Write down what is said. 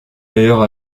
meilleure